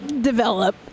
develop